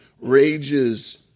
rages